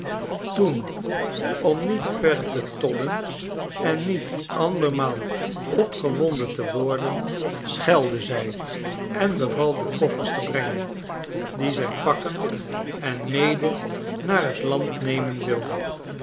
toen om niet verder te tobben en niet andermaal opgewonden te worden schelde zij en beval de koffers te brengen die zij pakken en mede naar het land nemen wilde